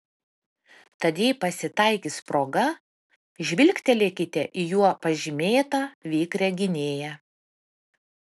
tad jei pasitaikys proga žvilgtelėkite į juo pažymėtą vikrią gynėją